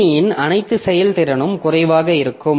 கணினியின் அனைத்து செயல்திறனும் குறைவாக இருக்கும்